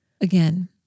Again